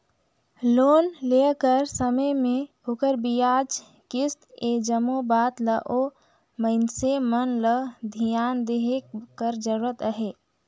loan लेय कर समे में ओखर बियाज, किस्त ए जम्मो बात ल ओ मइनसे मन ल धियान देहे कर जरूरत अहे